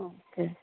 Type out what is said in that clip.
okay